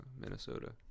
Minnesota